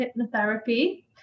hypnotherapy